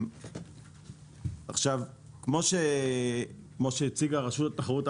כמו שהציגה רשות התחרות,